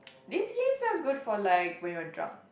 these games are good for like when you're drunk